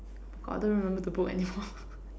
God don't remember the book anymore